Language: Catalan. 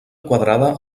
quadrada